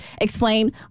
explain